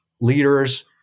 leaders